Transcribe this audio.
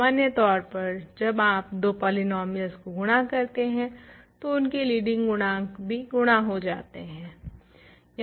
सामान्य तौर पर जब आप 2 पोलिनोमियल्स को गुणा करते हें तो उनके लीडिंग गुणांक भी गुणा हो जाते हें